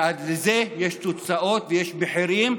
ולזה יש תוצאות ומחירים,